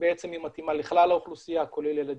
והיא מתאימה לכלל האוכלוסייה כולל ילדים,